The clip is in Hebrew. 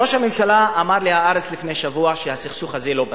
1. ראש הממשלה אמר ל"הארץ" לפני שבוע שהסכסוך הזה לא פתיר,